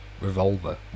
revolver